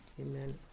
Amen